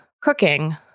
cooking